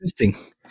interesting